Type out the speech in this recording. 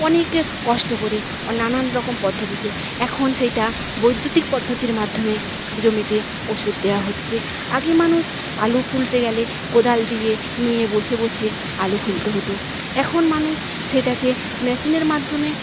অনেকে কষ্ট করে ও নানান রকম পদ্ধতিতে এখন সেটা বৈদ্যুতিক পদ্ধতির মাধ্যমে জমিতে ওষুধ দেওয়া হচ্ছে আগে মানুষ আলু খুলতে গেলে কোদাল দিয়ে নুয়ে বসে বসে আলু খুলতে হত এখন মানুষ সেটাকে মেশিনের মাধ্যমে